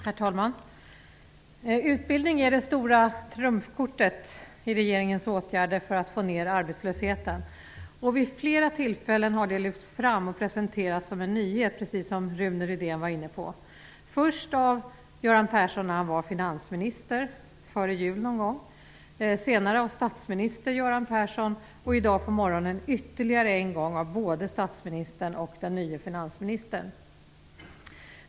Herr talman! Utbildning är det stora trumfkortet i regeringens åtgärder för att få ned arbetslösheten. Vid flera tillfällen har det lyfts fram och presenterats som en nyhet, precis som Rune Rydén var inne på. Först kom det från Göran Persson, när han var finansminister, någon gång före jul. Senare kom det från statsminister Göran Persson, och i dag på morgonen ytterligare en gång från både statsministern och den nye finansministern.